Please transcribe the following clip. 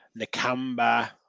Nakamba